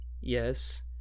Yes